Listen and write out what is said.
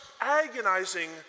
agonizing